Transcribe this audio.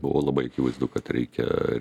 buvo labai akivaizdu kad reikia